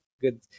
good